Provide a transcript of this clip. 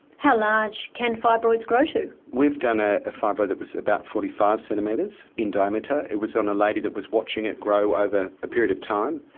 how large can fibroids grow to? we've done ah a fibroid that was about forty five centimetres in diameter it was on a lady that was watching it grow over ah a period of time,